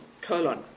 colon